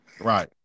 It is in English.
Right